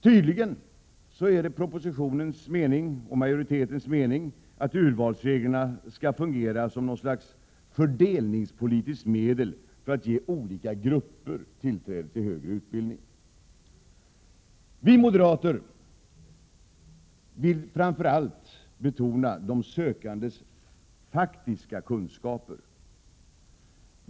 Tydligen är det regeringens och majoritetens mening att urvalsreglerna skall fungera som något slags fördelningspolitiskt medel för att ge olika grupper tillträde till högre utbildning. Vi moderater vill framför allt betona de sökandes faktiska kunskaper.